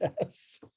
yes